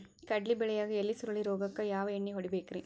ಕಡ್ಲಿ ಬೆಳಿಯಾಗ ಎಲಿ ಸುರುಳಿ ರೋಗಕ್ಕ ಯಾವ ಎಣ್ಣಿ ಹೊಡಿಬೇಕ್ರೇ?